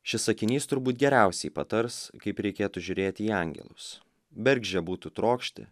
šis sakinys turbūt geriausiai patars kaip reikėtų žiūrėti į angelus bergždžia būtų trokšti